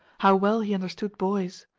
how well he understood boys!